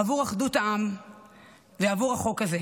עבור אחדות העם ועבור החוק הזה.